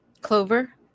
Clover